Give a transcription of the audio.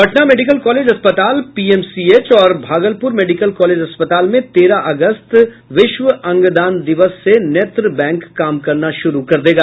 Patna medical college अस्पताल PMCH और Bhagalpur medical college अस्पताल में तेरह अगस्त विश्व अंगदान दिवस से नेत्र बैंक काम करना शुरू कर देगा